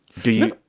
do you.